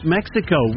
Mexico